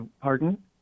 Pardon